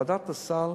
ועדת הסל